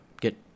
get